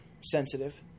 sensitive